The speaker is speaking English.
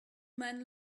man